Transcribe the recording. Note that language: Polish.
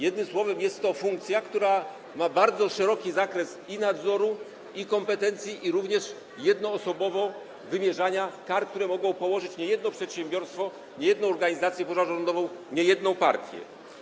Jednym słowem jest to funkcja, która ma bardzo szeroki zakres i nadzoru, i kompetencji, i również jednoosobowo wymierzania kar, które mogą położyć niejedno przedsiębiorstwo, niejedną organizacją pozarządową, niejedną partię.